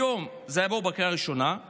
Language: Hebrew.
היום זה יעבור בקריאה הראשונה,